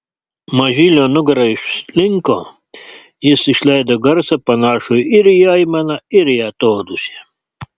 mažylio nugara išlinko jis išleido garsą panašų ir į aimaną ir į atodūsį